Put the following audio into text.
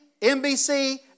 NBC